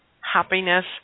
happiness